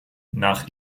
nach